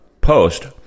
post